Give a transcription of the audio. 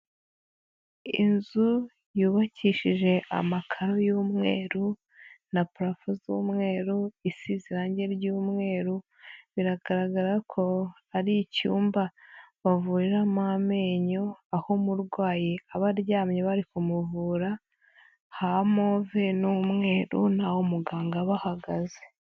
Inzu yubakishije amakaro y'umweru na purafo z'umweru, isize irange ry'umweru, biragaragara ko ari icyumba bavuriramo amenyo, aho umurwayi aba aryamye bari kumuvura ha move n'umweru n'aho umuganga aba ahagaze.